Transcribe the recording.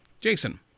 Jason